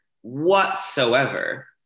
whatsoever